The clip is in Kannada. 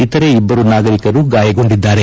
ಇತರೆ ಇಬ್ಬರು ನಾಗರಿಕರು ಗಾಯಗೊಂಡಿದ್ದಾರೆ